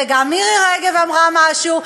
וגם מירי רגב אמרה משהו,